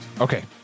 Okay